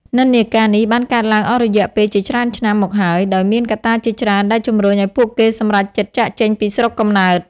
និន្នាការនេះបានកើតឡើងអស់រយៈពេលជាច្រើនឆ្នាំមកហើយ ដោយមានកត្តាជាច្រើនដែលជំរុញឱ្យពួកគេសម្រេចចិត្តចាកចេញពីស្រុកកំណើត។